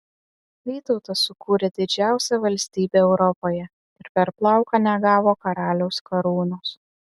vytautas sukūrė didžiausią valstybę europoje ir per plauką negavo karaliaus karūnos